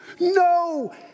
No